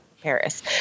Paris